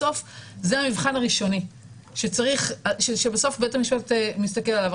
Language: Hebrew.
בסוף זה המבחן הראשוני שבית המשפט מסתכל עליו.